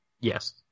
Yes